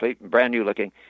brand-new-looking